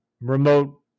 remote